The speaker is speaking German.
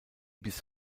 bis